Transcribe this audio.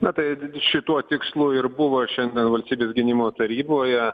na tai šituo tikslu ir buvo šiandien valstybės gynimo taryboje